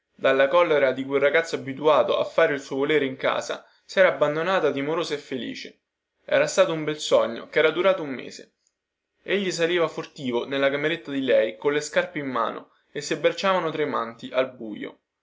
dalla collera di quel ragazzo abituato a fare il suo volere in casa sera abbandonata timorosa e felice era stato un bel sogno chera durato un mese egli saliva furtivo nella cameretta di lei colle scarpe in mano e si abbracciavano tremanti al buio